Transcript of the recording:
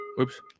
Oops